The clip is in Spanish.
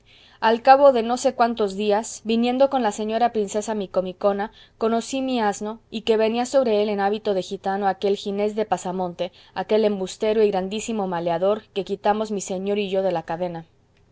al cabo de no sé cuántos días viniendo con la señora princesa micomicona conocí mi asno y que venía sobre él en hábito de gitano aquel ginés de pasamonte aquel embustero y grandísimo maleador que quitamos mi señor y yo de la cadena